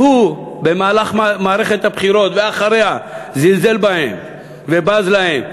שהוא במהלך מערכת הבחירות ואחריה זלזל בהם ובז להם,